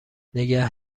نگه